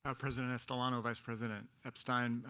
ah president estolano, vice president epstein,